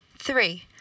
Three